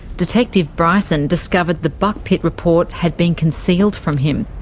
detective bryson discovered the buckpitt report had been concealed from him.